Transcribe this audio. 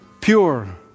pure